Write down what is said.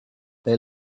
they